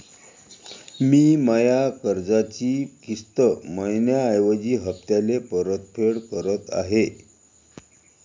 मी माया कर्जाची किस्त मइन्याऐवजी हप्त्याले परतफेड करत आहे